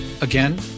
Again